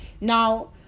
now